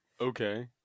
Okay